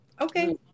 Okay